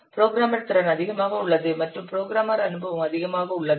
programmer திறன் அதிகமாக உள்ளது மற்றும் புரோகிராமர் அனுபவமும் அதிகமாக உள்ளது